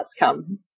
outcome